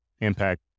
impact